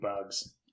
Bugs